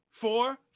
four